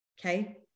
okay